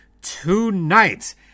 tonight